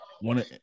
one